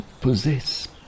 possess